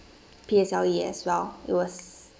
P_S_L_E as well it was